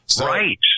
Right